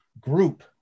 group